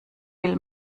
will